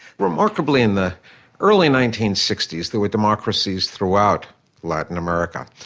remarkably in the early nineteen sixty s there were democracies throughout latin america,